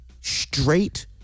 straight